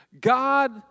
God